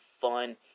fun